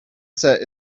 set